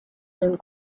den